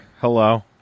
Hello